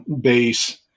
base